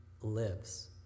lives